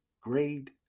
grade